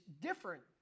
different